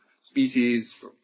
species